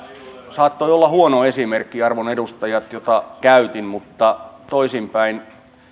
saattoi olla huono esimerkki arvon edustajat mitä käytin mutta toisinpäin